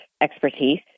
expertise